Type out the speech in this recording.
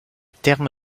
terme